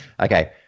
Okay